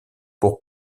pour